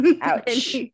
Ouch